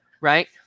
Right